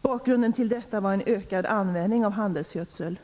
Bakgrunden till detta var en ökad användning av handelsgödsel.